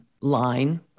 line